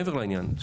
מעבר לעניין הזה,